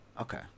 Okay